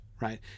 Right